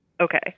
Okay